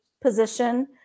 position